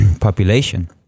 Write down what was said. population